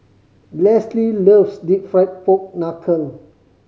Lesly loves Deep Fried Pork Knuckle